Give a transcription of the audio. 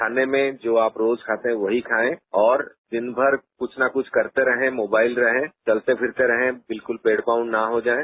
खाने में जो आप रोज खाते थे वहीं खायें और दिन भर कुछ न कुछ करते रहें मोबाइल रहें चलते फिरते रहे बिल्कुल बेड बाउंड न हो जायें